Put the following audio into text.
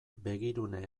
begirune